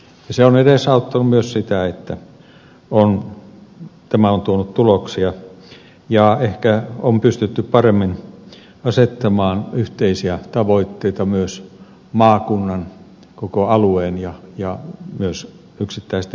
se on edesauttanut myös sitä että tämä on tuonut tuloksia ja ehkä on pystytty paremmin asettamaan yhteisiä tavoitteita maakunnan koko alueen ja myös yksittäisten kuntien kehittämiseen